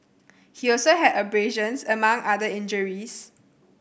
he also had abrasions among other injuries